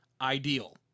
ideal